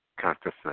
consciousness